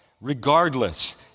regardless